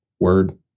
Word